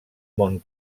món